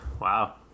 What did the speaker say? Wow